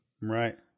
Right